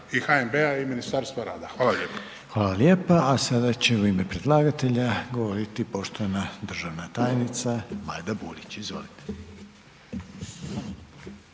i HNB-a i Ministarstva rada. Hvala lijepo. **Reiner, Željko (HDZ)** Hvala lijepa. A sada će u ime predlagatelja govoriti poštovana državna tajnica Majda Burić, izvolite.